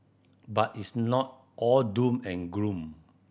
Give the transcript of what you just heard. but it's not all doom and gloom